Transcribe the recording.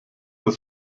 das